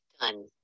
Done